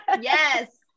Yes